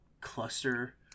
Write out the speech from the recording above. cluster